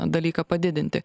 dalyką padidinti